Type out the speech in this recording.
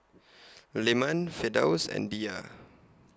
Leman Firdaus and Dhia